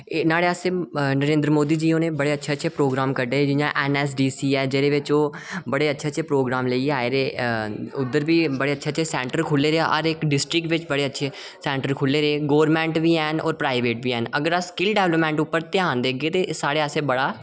न्हाड़े आस्तै नरेंद्र मोदी होरें बड़े अच्छे अच्छे प्रोग्राम कड्ढे एनएचडीसी ऐ ओह् ओह् बड़े अच्छे अच्छे प्रोग्राम लेइयै आये दे उद्धर बी बड़े सेंटर खु'ल्ले दे हर डिस्ट्रिक्ट बिच सेंटर खु'ल्ले दे गौरमेंट बी हैन प्राईवेट बी हैन अगर अस स्किल डेवेल्पमेंट पर ध्यान देगे ते साढ़े आस्तै बड़ा